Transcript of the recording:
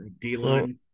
D-line